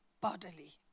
bodily